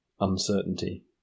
Uncertainty